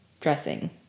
dressing